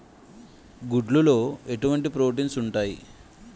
గుడ్లు లో ఎటువంటి ప్రోటీన్స్ ఉంటాయి?